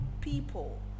people